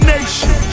Nation